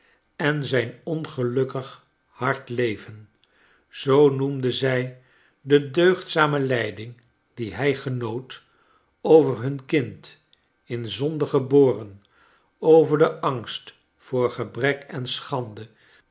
en zijn ongelukkig hard leven zoo noemde zij de deugdzame leiding die hij genoot over hun kind in zonde geboren over den angst voor gebrek en schande